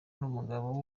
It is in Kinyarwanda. n’umugabo